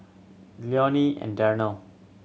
Leonie and Darnell